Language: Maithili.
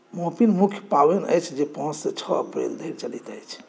मोपिन मुख्य पाबनि अछि जे पाँचसँ छओ अप्रैल धरि चलैत अछि